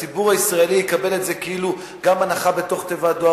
הציבור הישראלי יקבל את זה כאילו גם הנחה בתיבת דואר